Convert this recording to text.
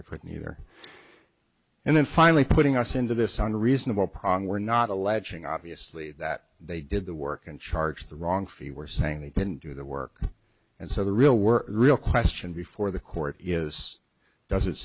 i could neither and then finally putting us into this unreasonable problem we're not alleging obviously that they did the work and charge the wrong fee we're saying they didn't do the work and so the real work real question before the court is does it